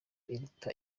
iruta